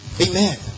Amen